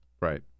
Right